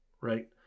right